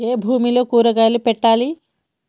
ఏ భూమిలో కూరగాయలు పెట్టాలి?